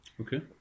Okay